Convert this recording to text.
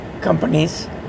companies